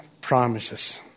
promises